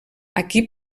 aquí